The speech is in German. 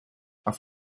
auf